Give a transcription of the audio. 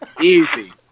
Easy